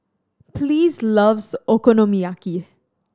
Pleas loves Okonomiyaki